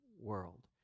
world